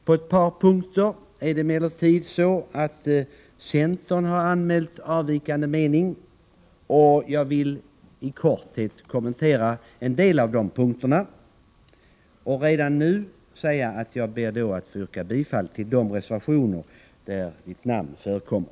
På ett par punkter har emellertid centern anmält avvikande mening, och jag vill i korthet kommentera en del av de punkterna och redan nu be att få yrka bifall till de reservationer där mitt namn förekommer.